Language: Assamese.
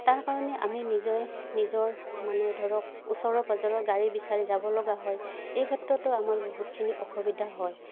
তাৰ কাৰণে আমি নিজে নিজৰ মানে ধৰক ওচৰৰ পাজৰৰ গাড়ী বিচাৰি যাব লগা হয় এই ক্ষেত্ৰতো আমাৰ বহুতখিনি অসুবিধা হয়